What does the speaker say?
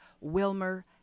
Wilmer